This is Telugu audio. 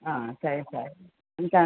సరే సార్ ఉంటాను